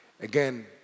Again